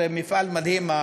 זה מפעל מדהים,